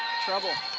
trouble